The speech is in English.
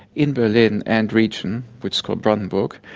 in berlin and region, which is called brandenburg,